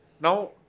Now